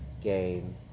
game